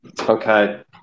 Okay